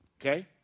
Okay